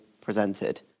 presented